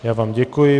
Já vám děkuji.